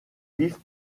vif